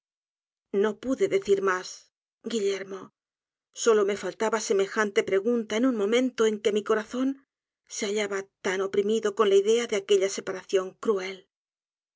no pude decir mas guillermo solo me faltaba semejante pregunta en un momento en que mi corazón se hallaba tan oprimido con la idea de aquella separación cruel